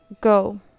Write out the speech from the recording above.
go